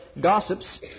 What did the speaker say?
gossips